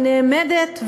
ונעמדת,